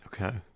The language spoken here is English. Okay